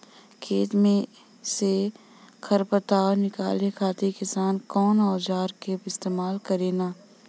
खेत में से खर पतवार निकाले खातिर किसान कउना औजार क इस्तेमाल करे न?